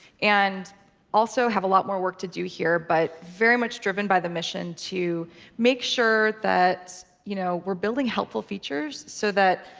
and also have a lot more work to do here. but very much driven by the mission to make sure that you know we're building helpful features so that,